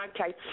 Okay